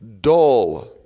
dull